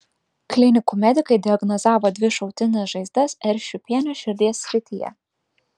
klinikų medikai diagnozavo dvi šautines žaizdas r šiupienio širdies srityje